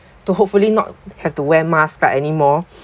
to hopefully not have to wear mask like anymore